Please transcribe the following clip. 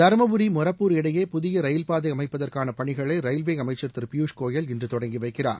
தருமபுரி மொரப்பூர் இடையே புதிய ரயில்பாதை அமைப்பதற்கான பணிகளை ரயில்வே அமைச்சர் திரு பியூஷ்கோயல் இன்று தொடங்கி வைக்கிறார்